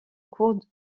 cours